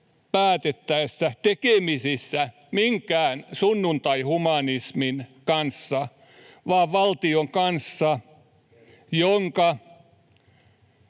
päätettäessä tekemisissä minkään sunnuntaihumanismin kanssa vaan valtion kanssa, jonka